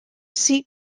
seat